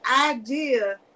idea